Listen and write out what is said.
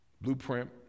Blueprint